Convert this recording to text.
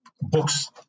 books